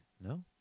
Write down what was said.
no